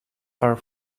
are